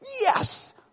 Yes